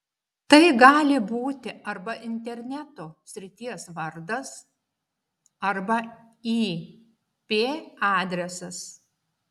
tai gali būti arba interneto srities vardas arba ip adresas